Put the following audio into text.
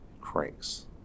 Cranks